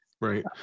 Right